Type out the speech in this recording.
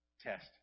Test